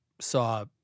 saw